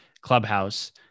clubhouse